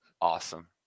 Awesome